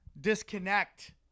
disconnect